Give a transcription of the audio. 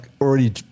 already